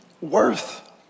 worth